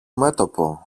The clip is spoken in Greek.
μέτωπο